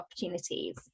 opportunities